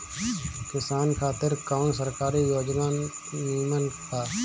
किसान खातिर कवन सरकारी योजना नीमन बा?